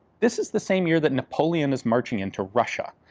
this is the same year that napoleon is marching into russia,